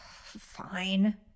Fine